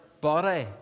body